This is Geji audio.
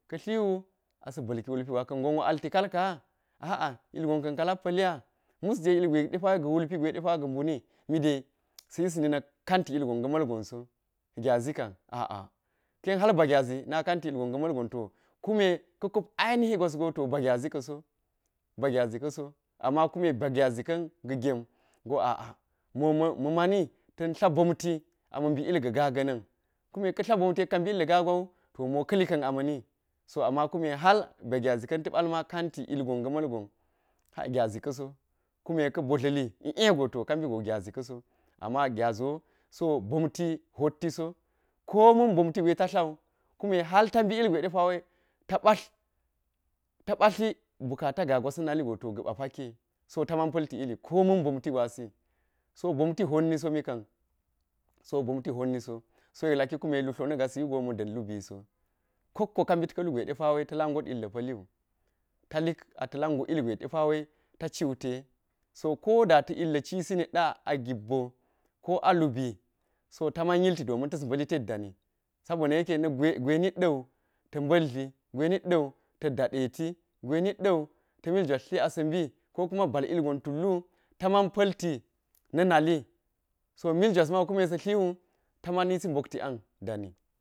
Ka̱ tliwu, asa̱ balki wulei gwa̱ka̱n gonwo alti kalka'a, a'a ilgonkan ka̱la̱k pa̱lina, musɗe ilwaiwa ɗepa̱ ga̱ wulti gwewai ga buni, mide sa yisni na̱ ka̱nti ilgon ga̱ ma̱lgonso, gyazi ka̱m a'a ka̱ren har ba̱ gyazi na kanti ilgon ga malgon to kume ka̱ kob ainihi gwa̱sgo ba̱ gyazi ka̱so ba̱ gyazi ka̱so amma kune ba̱ gyazi ka̱n ga̱ gemgo a'a, mo ma̱ ma̱ni gana̱n, kume ka̱ dla̱ bomti yekka bi illa̱ ga̱ gwawu to mo kalikan ama̱ni, so amma kunle har a̱ gyazi kan ta pa̱lma ka̱nti ilgon sa̱ ma̱lgon ka̱i gyazi ka̱so kume ka battirli, iyego to ka̱bigo gyazi kaso, amma gyazi klo bomti hottiso komin bomtigwe ta̱ dlawu kume har tabi ilgwewai ɗepa̱ ta̱ patli bukata gagwa̱s na naligo to ga̱pa̱ pakiyi, ta̱ ma̱naa̱ pa̱lti ili komin bomti gwasi, so bomti hotni so ika̱n, so bomti hotniso, so yek laki lu tlona gasiwugo ma̱n dan lubiso kokko kabit ka̱lugwai de pa̱wa̱i ta̱la̱ got illa̱ pa̱lliwu ta̱lli ata̱ lak go ilgwe ɗepa̱ wai ta̱siwu te, to koɗa ta̱ illacis nidda̱ a gibbo ko a lubi so ta̱ma̱n yilti domin tas ba̱lli tert da̱ni. Sabona yekke gwe gwe nidda̱wu ta batli gwe niddawu ta ɗaɗati, gwe niɗɗawu ta miljwas tli asabi kokuma bal ilgon tullu taman pa̱lti na̱ na̱li so miljwasma sa dliwu ta anisi bolati an dani.